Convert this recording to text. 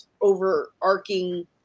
overarching